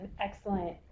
excellent